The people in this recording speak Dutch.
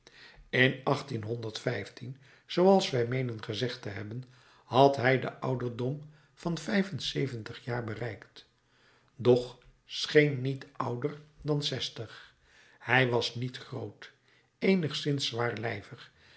in zooals wij meenen gezegd te hebben had hij den ouderdom van vijf-en-zeventig jaar bereikt doch scheen niet ouder dan zestig hij was niet groot eenigszins